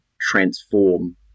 transform